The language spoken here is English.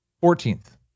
Fourteenth